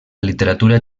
literatura